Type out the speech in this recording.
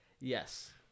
Yes